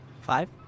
Five